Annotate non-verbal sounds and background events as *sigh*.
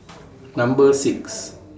*noise* Number six